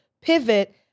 pivot